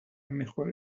میخوره